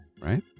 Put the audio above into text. Right